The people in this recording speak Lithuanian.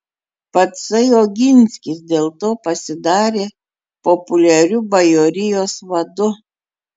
patsai oginskis dėl to pasidarė populiariu bajorijos vadu